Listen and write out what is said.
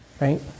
right